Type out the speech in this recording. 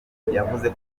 kugura